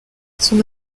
son